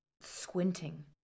squinting